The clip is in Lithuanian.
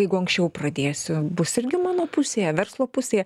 jeigu anksčiau pradėsiu bus irgi mano pusėje verslo pusėje